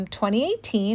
2018